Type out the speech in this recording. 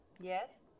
Yes